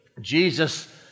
Jesus